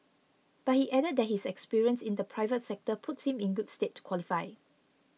but he added that his experience in the private sector puts him in good state qualifying